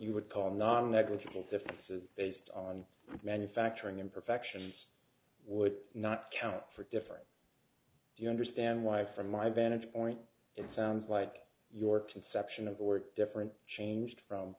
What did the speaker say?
you would call non negligible defenses based on manufacturing imperfections would not count for different do you understand why from my vantage point it sounds like your to section of the word different changed from